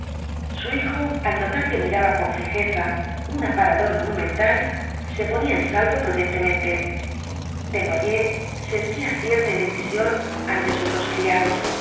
su hijo al notar que miraba con fijeza un aparador monumental se ponía en salvo prudentemente desnoyers sentía cierta indecisión ante sus dos criados